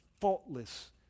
faultless